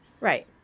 Right